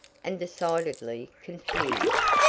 and decidedly confused.